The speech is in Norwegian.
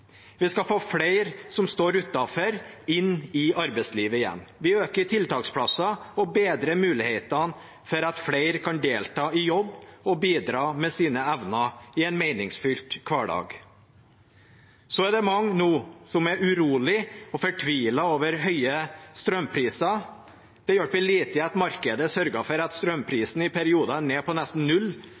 Vi skal få flere som står utenfor, inn i arbeidslivet igjen. Vi øker tallet på tiltaksplasser og bedrer mulighetene for at flere kan delta i jobb og bidra med sine evner i en meningsfylt hverdag. Det er mange som nå er urolig og fortvilet over høye strømpriser. Det hjelper lite at markedet sørger for at strømprisen i perioder er nede på nesten null,